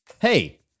Hey